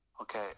Okay